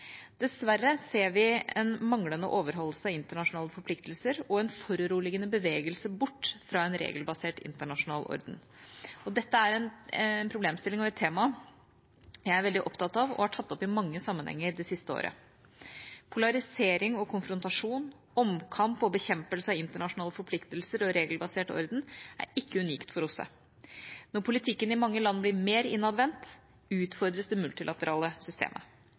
Dessverre ser vi en manglende overholdelse av internasjonale forpliktelser og en foruroligende bevegelse bort fra en regelbasert internasjonal orden. Dette er en problemstilling og et tema jeg er veldig opptatt av og har tatt opp i mange sammenhenger det siste året. Polarisering og konfrontasjon, omkamp og bekjempelse av internasjonale forpliktelser og regelbasert orden er ikke unikt for OSSE. Når politikken i mange land blir mer innadvendt, utfordres det multilaterale systemet.